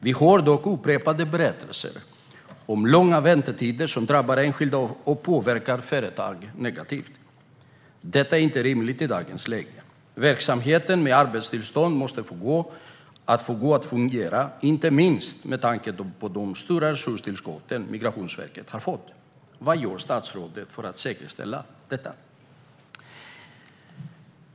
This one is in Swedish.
Vi hör dock upprepade berättelser om långa väntetider som drabbar enskilda och påverkar företag negativt. Detta är inte rimligt i dagens läge. Man måste få verksamheten med arbetstillstånd att fungera, inte minst med tanke på de stora resurstillskott Migrationsverket har fått. Vad gör statsrådet för att säkerställa detta?